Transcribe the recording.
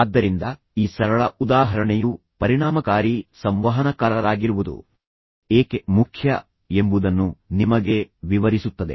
ಆದ್ದರಿಂದ ಈ ಸರಳ ಉದಾಹರಣೆಯು ಪರಿಣಾಮಕಾರಿ ಸಂವಹನಕಾರರಾಗಿರುವುದು ಏಕೆ ಮುಖ್ಯ ಎಂಬುದನ್ನು ನಿಮಗೆ ವಿವರಿಸುತ್ತದೆ